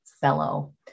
fellow